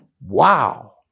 Wow